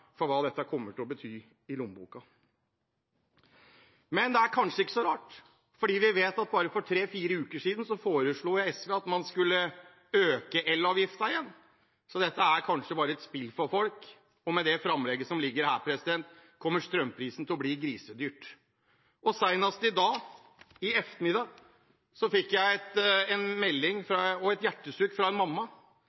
for hva dette kommer til å bety for lommeboka. Men det er kanskje ikke så rart, for vi vet at for bare tre–fire uker siden foreslo SV at man skulle øke elavgiften igjen, så dette er kanskje bare et spill for folk. Og med det framlegget som ligger her, kommer strømmen til å bli grisedyr. Senest i dag, i ettermiddag, fikk jeg en melding og et hjertesukk fra en